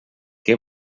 què